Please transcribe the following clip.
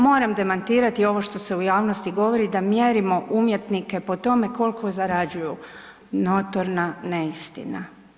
Moram demantirati ovo što se u javnosti govori da mjerimo umjetnike po tome koliko zarađuju, notorna neistina.